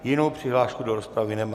Jinou přihlášku do rozpravy nemám.